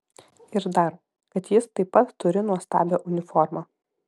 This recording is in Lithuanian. ir dar kad jis taip pat turi nuostabią uniformą